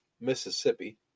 Mississippi